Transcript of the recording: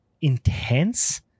intense